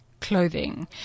clothing